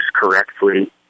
correctly